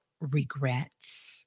regrets